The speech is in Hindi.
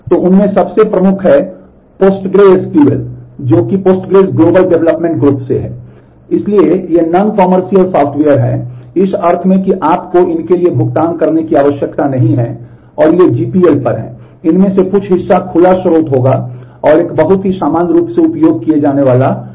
तो उनमें से सबसे प्रमुख है PostgreSQL जो कि पोस्टग्रेज ग्लोबल डेवलपमेंट ग्रुप से है